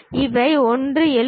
இவை ஒன்று எளிது